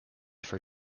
for